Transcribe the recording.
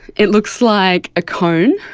it looks like a cone,